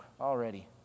already